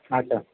আচ্ছা